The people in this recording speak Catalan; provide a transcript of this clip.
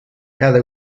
cada